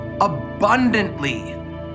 abundantly